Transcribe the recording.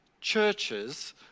churches